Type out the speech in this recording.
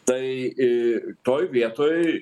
tai į toj vietoj